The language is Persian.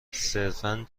صرفا